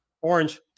Orange